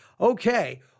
okay